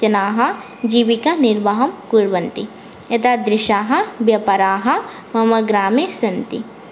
जनाः जीविकानिर्वाहं कुर्वन्ति एतादृशाः व्यापाराः मम ग्रामे सन्ति